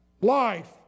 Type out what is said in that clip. life